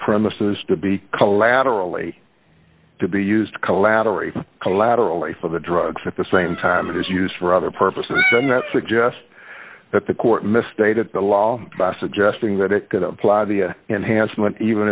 premises to be collaterally to be used to collaborate collaterally for the drugs at the same time it is used for other purposes and that suggests that the court misstated the law by suggesting that it could apply the enhancement even